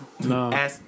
No